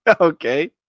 Okay